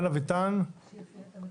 שאמרתי,